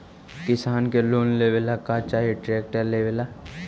किसान के लोन लेबे ला का चाही ट्रैक्टर लेबे ला?